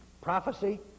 prophecy